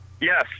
Yes